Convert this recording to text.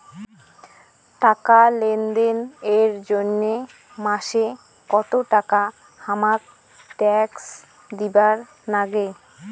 টাকা লেনদেন এর জইন্যে মাসে কত টাকা হামাক ট্যাক্স দিবার নাগে?